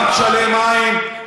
גם תשלם על מים,